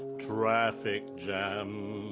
traffic jam.